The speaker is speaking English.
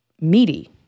meaty